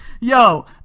Yo